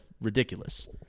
ridiculous